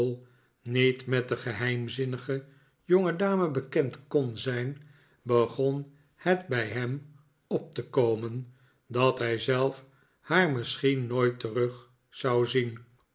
niet met de geheimzinnige jongedame bekend kon zijn begon het bij hem op te komen dat hij zelf haar misschien nooit terug zou zien